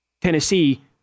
Tennessee